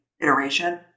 iteration